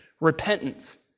repentance